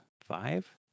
five